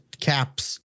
caps